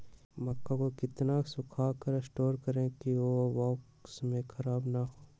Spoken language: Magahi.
मक्का को कितना सूखा कर स्टोर करें की ओ बॉक्स में ख़राब नहीं हो?